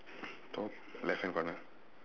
top left hand corner